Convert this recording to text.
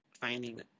finding